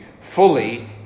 fully